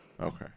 Okay